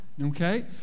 Okay